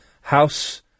House